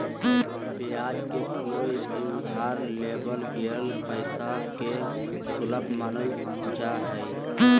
ब्याज के कोय भी उधार लेवल गेल पैसा के शुल्क मानल जा हय